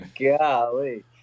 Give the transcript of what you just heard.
golly